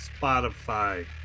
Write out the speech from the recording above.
Spotify